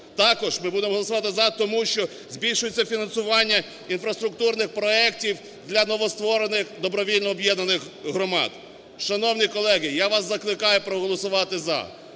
Також ми будемо голосувати "за", тому що збільшується фінансування інфраструктурних проектів для новостворених добровільно об'єднаних громад. Шановні колеги, я вас закликаю проголосувати "за".